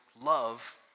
love